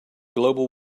global